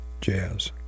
jazz